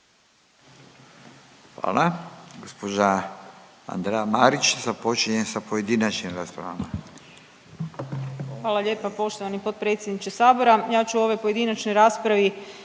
Hvala. Gđa. Andreja Marić započinje sa pojedinačnim raspravama. **Marić, Andreja (SDP)** Hvala lijepa poštovani potpredsjedniče sabora. Ja ću u ovoj pojedinačnoj raspravi